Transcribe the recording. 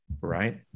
right